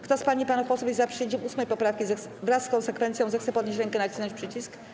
Kto z pań i panów posłów jest za przyjęciem 8. poprawki wraz z konsekwencją, zechce podnieść rękę i nacisnąć przycisk.